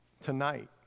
tonight